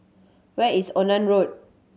where is Onan Road